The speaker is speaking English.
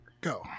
Go